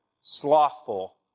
slothful